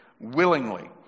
willingly